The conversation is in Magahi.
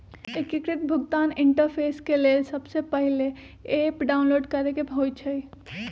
एकीकृत भुगतान इंटरफेस के लेल सबसे पहिले ऐप डाउनलोड करेके होइ छइ